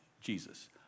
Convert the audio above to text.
Jesus